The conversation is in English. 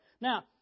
Now